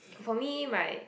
for me my